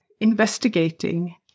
investigating